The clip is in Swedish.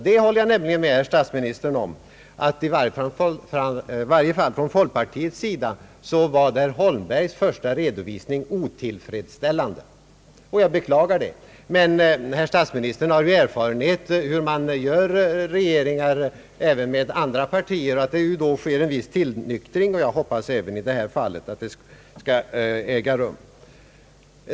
Jag håller nämligen med herr statsministern om att i varje fall sett från foikpartiets sida var herr Holmbergs första redovisning otillfredsställande. Herr statsministern har ju erfarenhet av hur man gör regeringar även med andra partier och hur det då sker en viss tillnyktring. Jag hoppas att så skall ske även i detta fall.